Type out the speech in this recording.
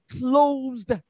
closed